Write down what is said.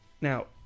now